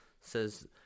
says